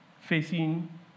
facing